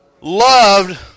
loved